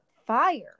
Fire